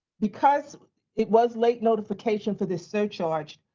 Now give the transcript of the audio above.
because it was late notification for this surcharge,